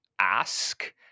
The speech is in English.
ask